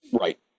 Right